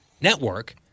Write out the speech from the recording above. network